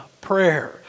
prayer